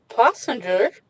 passenger